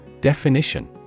Definition